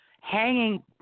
hanging